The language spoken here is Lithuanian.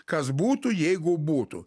kas būtų jeigu būtų